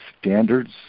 standards